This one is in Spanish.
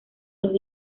los